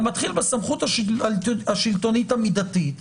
אתה מתחיל בסמכות השלטונית המידתית,